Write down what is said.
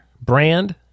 brand